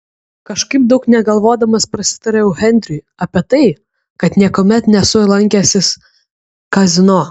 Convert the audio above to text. kažkaip daug negalvodamas prasitariau henriui apie tai kad niekuomet nesu lankęsis kazino